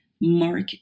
mark